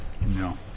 No